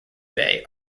bay